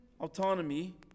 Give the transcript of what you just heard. autonomy